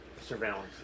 surveillance